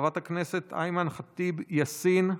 חברת הכנסת אימאן ח'טיב יאסין,